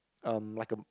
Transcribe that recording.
um like a